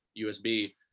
usb